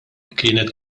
kienet